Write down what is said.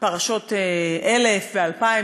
פרשות 1000 ו-2000,